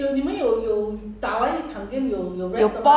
我不知道他有没有吃饭的他很像看起来没有吃饭这样